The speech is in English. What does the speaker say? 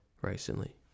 recently